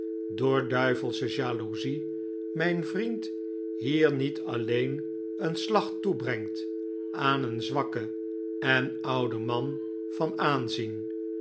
door duivelsche jaloezie mijn vriend hier niet alleen een slag toebrengt aan een zwakken en ouden man van aanzien